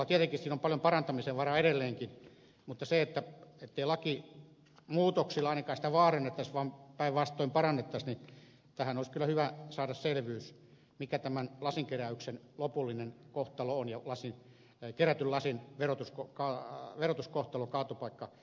tietenkin siinä on paljon parantamisen varaa edelleenkin mutta jottei lakimuutoksilla ainakaan sitä vaarannettaisi vaan päinvastoin parannettaisiin olisi kyllä hyvä saada selvyys mikä tämän lasinkeräyksen lopullinen kohtalo on ja kerätyn lasin verotuskohtelu jäteveron osalta